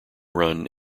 run